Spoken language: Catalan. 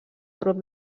prop